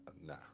nah